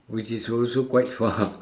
which is also quite far